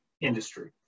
industry